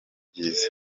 byiza